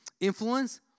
influence